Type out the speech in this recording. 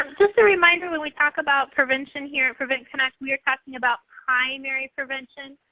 um just a reminder, when we talk about prevention here at prevent connect we are talking about primary prevention,